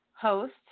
host